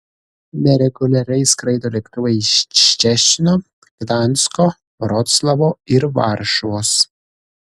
nereguliariai skraido lėktuvai iš ščecino gdansko vroclavo ir varšuvos